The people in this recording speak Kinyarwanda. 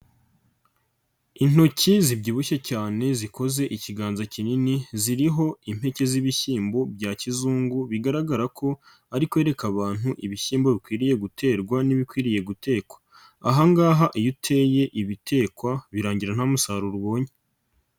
Intoki zibyibushye cyane zikoze ikiganza kinini, ziriho impeke z'ibishyimbo bya kizungu, bigaragara ko ariko kwereka abantu ibishyimbo bikwiriye guterwa n'ibikwiriye gutekwa. Aha ngaha iyo uteye ibitekwa, birangira nta musaruro ubonye.